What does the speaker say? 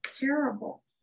terrible